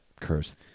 curse